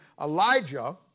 Elijah